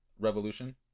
revolution